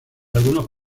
algunos